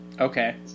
Okay